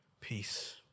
Peace